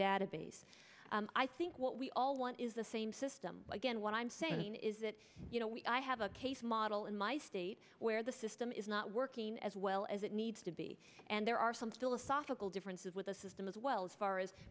database i think what we all want is the same system again what i'm saying is that you know i have a case model in my state where the system is not working as well as it needs to be and there are some philosophical differences with the system as well as far as